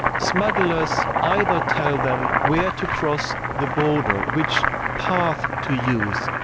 smugglers either tell them where to cross the border, which path to use,